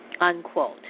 unquote